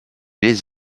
les